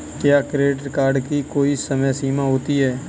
क्या credit card की कोई समय सीमा होती है?